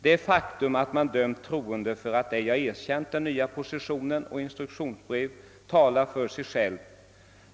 Det faktum, att man dömt troende för att ej ha erkänt ”Den nya positioner och ”Instruktionsbrev”, talar för sig självt.